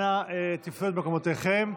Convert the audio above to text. אנא תפסו את מקומותיכם.